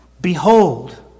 Behold